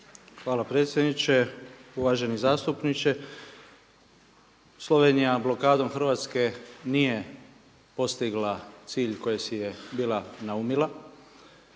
Hvala predsjedniče. Uvaženi zastupniče. Slovenija blokadom Hrvatske nije postigla cilj koji si je bila naumila.